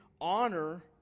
honor